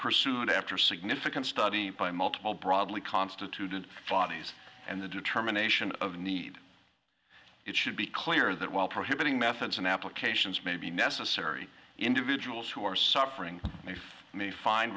pursued after a significant study by multiple broadly constituted bodies and the determination of need it should be clear that while prohibiting methods and applications may be necessary individuals who are suffering may find